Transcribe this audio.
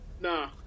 Nah